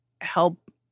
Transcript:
help